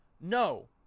No